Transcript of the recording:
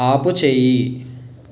ఆపుచేయి